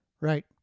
Right